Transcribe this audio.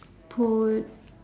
put